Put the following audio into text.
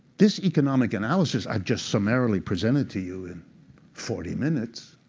this economic analysis i've just summarily presented to you in forty minutes,